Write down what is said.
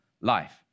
life